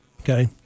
Okay